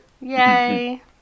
Yay